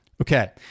Okay